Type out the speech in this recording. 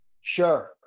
Sure